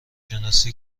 شناسی